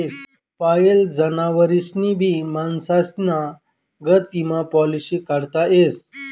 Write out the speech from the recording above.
पायेल जनावरेस्नी भी माणसेस्ना गत ईमा पालिसी काढता येस